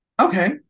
Okay